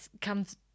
comes